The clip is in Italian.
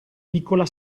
piccola